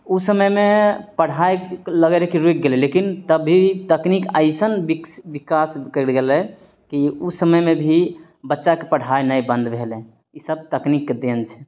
उ समयमे पढ़ाइ लगय रहय कि रुकि गेलय लेकिन तभी तकनीक अइसन विकसि विकास करि गेलय कि उ समयमे भी बच्चाके पढ़ाइ नहि बन्द भेलय ई सब तकनीकके देन छै